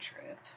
trip